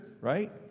right